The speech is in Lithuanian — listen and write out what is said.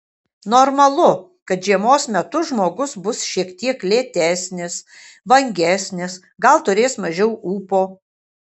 normalu kad žiemos metu žmogus bus šiek tiek lėtesnis vangesnis gal turės mažiau ūpo